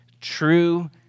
true